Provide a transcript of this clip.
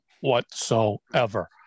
whatsoever